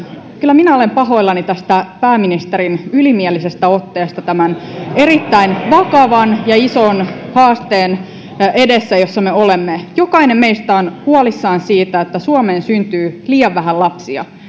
kyllä minä olen pahoillani tästä pääministerin ylimielisestä otteesta tämän erittäin vakavan ja ison haasteen edessä missä me olemme jokainen meistä on huolissaan siitä että suomeen syntyy liian vähän lapsia ja